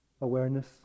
awareness